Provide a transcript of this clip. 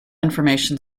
information